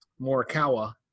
Morikawa